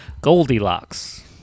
Goldilocks